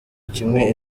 kimwe